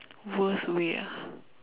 worst way ah